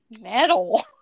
metal